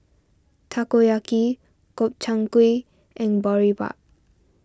Takoyaki Gobchang Gui and Boribap